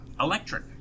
electric